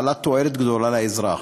אך בעלת תועלת גדולה לאזרח.